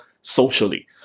socially